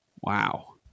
Wow